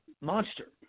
monster